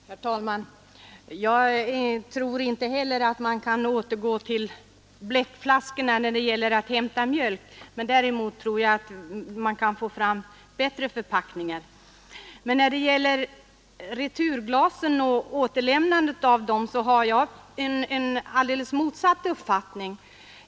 Herr talman! Jag tror inte heller att man kan återgå till bleckflaskorna när det gäller att hämta mjölk, men jag tror att-man kan få fram bättre förpackningar. När det gäller returglasen och återlämnandet av dem har jag en mycket bestämd uppfattning.